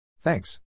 Thanks